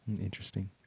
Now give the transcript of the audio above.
interesting